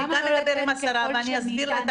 אני גם אדבר עם השרה ואסביר לה את